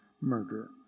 murder